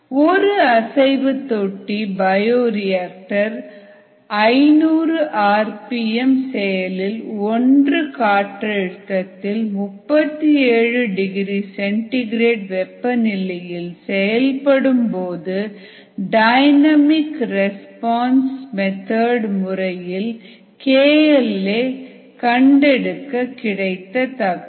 ஒரு அசைவு தொட்டி bio reactor 500 R P M செயலில் 1 காற்றழுத்தத்தில் 37 டிகிரி சென்டி கிரேட் வெப்பநிலையில் செயல்படும்போது டைனமிக் ரெஸ்பான்ஸ் முறையில் KL a கண்டெடுக்க கிடைத்த தகவல்